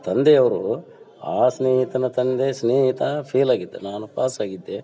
ತಂದೆಯವರು ಆ ಸ್ನೇಹಿತನ ತಂದೆ ಸ್ನೇಹಿತ ಫೇಲ್ ಆಗಿದ್ದ ನಾನು ಪಾಸ್ ಆಗಿದ್ದೆ